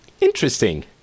interesting